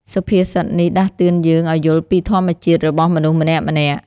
សុភាសិតនេះដាស់តឿនយើងឱ្យយល់ពីធម្មជាតិរបស់មនុស្សម្នាក់ៗ។